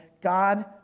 God